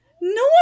No